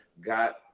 got